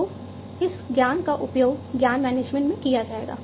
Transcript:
तो इस ज्ञान का उपयोग ज्ञान मैनेजमेंट में किया जाएगा